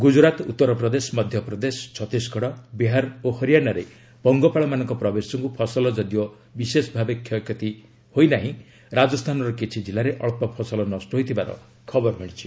ଗୁଜରାତ ଉତ୍ତରପ୍ରଦେଶ ମଧ୍ୟପ୍ରଦେଶ ଛତିଶଗଡ଼ ବିହାର ଓ ହରିଆଣାରେ ପଙ୍ଗପାଳମାନଙ୍କ ପ୍ରବେଶ ଯୋଗୁଁ ଫସଲ ଯଦିଓ ବିଶେଷ କ୍ଷତି ଘଟିନାହିଁ ରାଜସ୍ଥାନର କିଛି ଜିଲ୍ଲାରେ ଅକ୍ସ ଫସଲ ନଷ୍ଟ ହୋଇଥିବାର ଖବର ମିଳିଛି